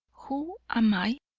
who am i,